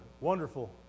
wonderful